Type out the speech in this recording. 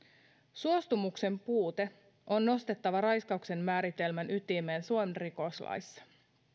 suostumuksen puute on nostettava raiskauksen määritelmän ytimeen suomen rikoslaissa